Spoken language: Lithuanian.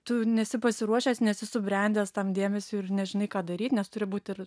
tu nesi pasiruošęs nesi subrendęs tam dėmesiui ir nežinai ką daryt nes turi būt ir